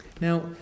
Now